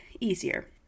easier